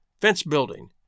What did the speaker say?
fence-building